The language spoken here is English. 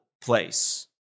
Place